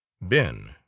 Ben